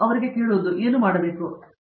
ಪ್ರತಾಪ್ ಹರಿಡೋಸ್ ನಾವು ಏನು ಮಾಡಬೇಕು ಸರಿ ಬಹಳ ಸಂತೋಷ